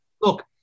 Look